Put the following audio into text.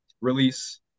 release